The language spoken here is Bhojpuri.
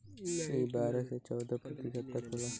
ई बारह से चौदह प्रतिशत तक होला